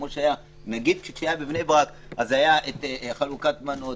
כשזה היה בבני ברק היו חלוקת מנות,